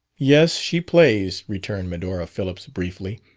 yes, she plays, returned medora phillips briefly.